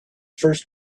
first